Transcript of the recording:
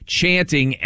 chanting